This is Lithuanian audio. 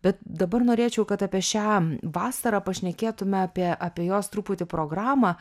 bet dabar norėčiau kad apie šią vasarą pašnekėtume apie apie jos truputį programą